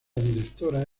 directora